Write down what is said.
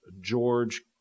George